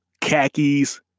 khakis